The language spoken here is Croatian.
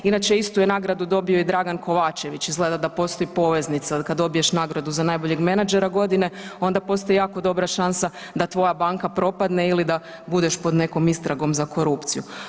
Inače istu je nagradu dobio i Dragan Kovačević, izgleda da postoji poveznica, kad dobiješ nagradu za najboljeg menadžera godine onda postoji jako dobra šansa da tvoja banka propadne ili da budeš pod nekom istragom za korupciju.